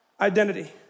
identity